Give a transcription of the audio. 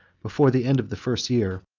before the end of the first year,